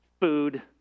food